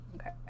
Okay